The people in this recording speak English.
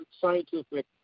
scientific